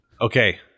Okay